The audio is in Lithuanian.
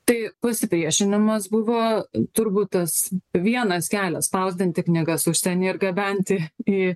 tai pasipriešinimas buvo turbūt tas vienas kelias spausdinti knygas užsieny ir gabenti į